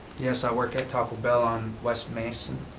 yes, i work at taco bell on west mason,